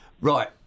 Right